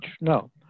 no